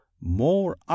more